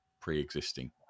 pre-existing